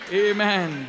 amen